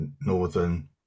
northern